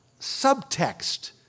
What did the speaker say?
subtext